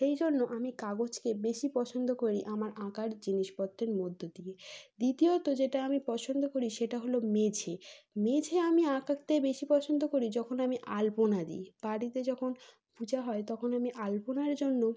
সেই জন্য আমি কাগজকে বেশি পছন্দ করি আমার আঁকার জিনিসপত্রের মধ্য দিয়ে দ্বিতীয়ত যেটা আমি পছন্দ করি সেটা হল মেঝে মেঝে আমি আঁকাতে বেশি পছন্দ করি যখন আমি আলপনা দিই বাড়িতে যখন পূজা হয় তখন আমি আলপনার জন্য